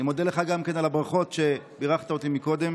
אני מודה לך גם על הברכות שבירכת אותי קודם.